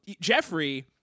Jeffrey